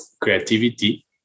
creativity